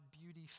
beauty